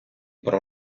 про